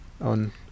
On